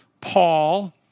Paul